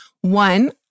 one